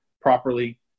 properly